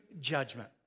judgment